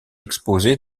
exposé